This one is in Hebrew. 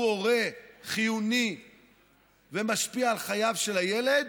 הוא הורה חיוני ומשפיע על חייו של הילד,